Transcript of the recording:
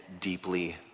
deeply